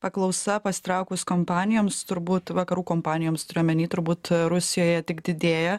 paklausa pasitraukus kompanijoms turbūt vakarų kompanijoms turiu omeny turbūt rusijoje tik didėja